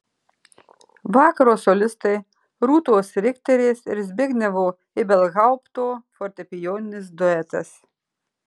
vakaro solistai rūtos rikterės ir zbignevo ibelhaupto fortepijoninis duetas